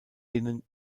innen